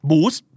Boost